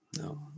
No